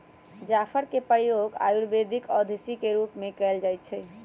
जाफर के प्रयोग आयुर्वेदिक औषधि के रूप में कएल जाइ छइ